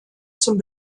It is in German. zum